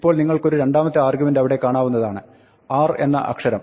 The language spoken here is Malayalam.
ഇപ്പോൾ നിങ്ങൾക്കൊരു രണ്ടാമത്തെ ആർഗ്യുമെന്റ് അവിടെ കാണാവുന്നതാണ് 'r' എന്ന അക്ഷരം